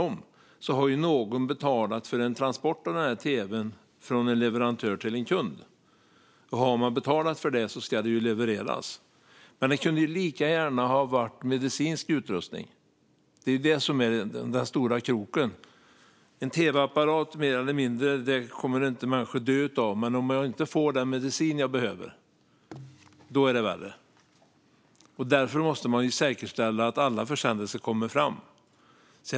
Men hur som helst har någon betalat för transport av tv:n från leverantör till kund. Har man betalat för den ska den levereras. Men det kunde lika gärna ha varit medicinsk utrustning. Det är den stora kroken här. En tv-apparat mer eller mindre dör inte människor av, men om de inte får den medicin de behöver är det värre. Därför måste det säkerställas att alla försändelser kommer fram.